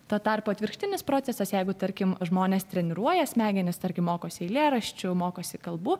tuo tarpu atvirkštinis procesas jeigu tarkim žmonės treniruoja smegenis tarkim mokosi eilėraščių mokosi kalbų